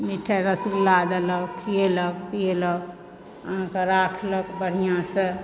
मिठाइ रसगुल्ला देलक खिएलक पिएलक अहाँकेॅं राखलक बढ़िऑंसँ